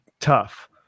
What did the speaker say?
tough